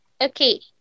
Okay